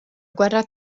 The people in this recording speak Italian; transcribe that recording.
guerra